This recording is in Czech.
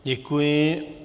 Děkuji.